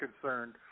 concerned